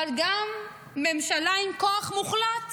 אבל גם ממשלה עם כוח מוחלט